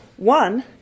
One